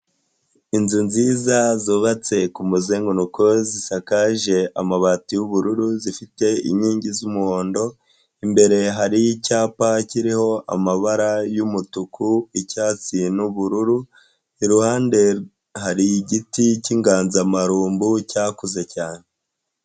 Inzu nziza zubatse ku muzenguko, zisakaje amabati y'ubururu, zifite inkingi z'umuhondo, imbere hari icyapa kiriho amabara y'umutuku, icyatsi n'ubururu, iruhande hari igiti cy'inganzamarumbu cyakuze cyane.